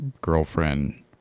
girlfriend